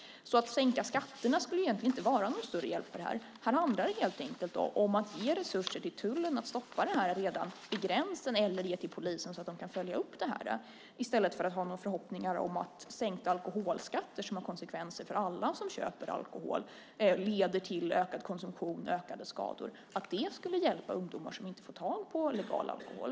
Att sänka skatterna skulle egentligen inte vara någon större hjälp. Här handlar det om att ge resurser till tullen att stoppa alkoholen vid gränsen eller till polisen så att de kan följa upp den. Det är i stället för att ha några förhoppningar om att sänkta alkoholskatter - som har konsekvenser för alla som köper alkohol, nämligen ökad konsumtion och fler skador - skulle hjälpa ungdomar som inte får tag på legal alkohol.